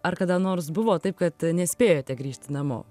ar kada nors buvo taip kad nespėjote grįžti namo